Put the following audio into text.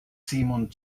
simon